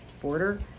border